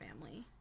family